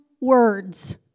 words